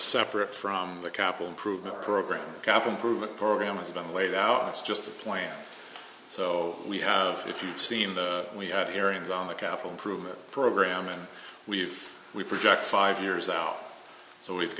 separate from the capital improvement program government program has been laid out it's just a plan so we have if you've seen the we had hearings on the capital improvement program and we've we project five years out so we've